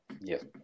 Yes